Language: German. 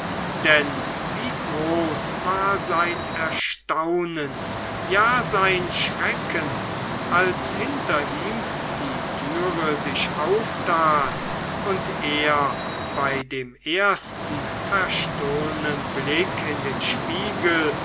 denn wie groß war sein erstaunen ja sein schrecken als hinter ihm die türe sich auftat und er bei dem ersten verstohlenen blick in den spiegel